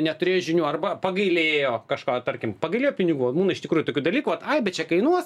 neturėjo žinių arba pagailėjo kažko tarkim pagailėjo pinigų būna iš tikrųjų tokių dalykų vat ai bet čia kainuos